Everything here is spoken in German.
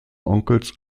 onkels